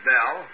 Bell